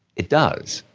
it does.